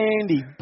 Andy